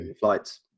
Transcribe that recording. flights